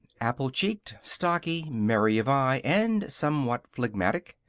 apple-cheeked, stocky, merry of eye, and somewhat phlegmatic.